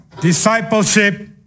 Discipleship